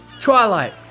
twilight